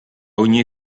ogni